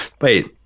Wait